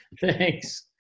Thanks